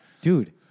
Dude